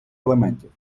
елементів